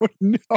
no